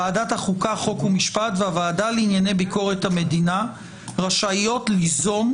ועדת החוקה חוק ומשפט והוועדה לענייני ביקורת המדינה רשאיות ליזום,